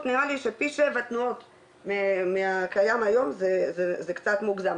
נראה לי שפי 7 תנועות מהקיים היום זה קצת מוגזם.